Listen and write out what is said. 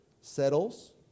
settles